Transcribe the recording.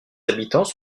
habitants